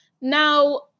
Now